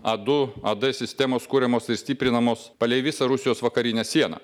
a du ad sistemos kuriamos ir stiprinamos palei visą rusijos vakarinę sieną